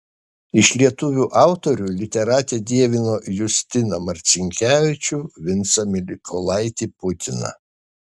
iš lietuvių autorių literatė dievina justiną marcinkevičių vincą mykolaitį putiną